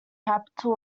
capital